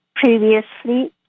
Previously